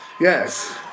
Yes